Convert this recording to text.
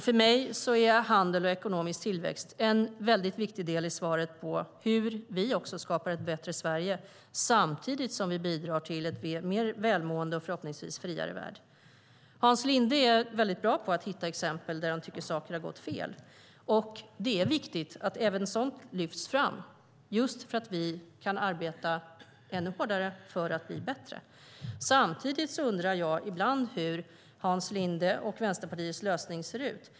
För mig är handel och ekonomisk tillväxt en viktig del i svaret på hur vi också skapar ett bättre Sverige samtidigt som vi bidrar till en mer välmående och förhoppningsvis friare värld. Hans Linde är bra på att hitta exempel på saker som han tycker har gått fel. Det är viktigt att även sådant lyfts fram så att vi kan arbeta ännu hårdare för att bli bättre. Samtidigt undrar jag ibland hur Hans Lindes och Vänsterpartiets lösning ser ut.